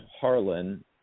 Harlan